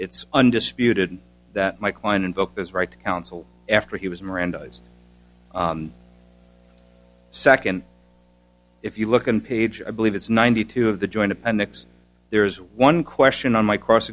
it's undisputed that my client invoked his right to counsel after he was mirandized second if you look on page i believe it's ninety two of the joint appendix there's one question on my cross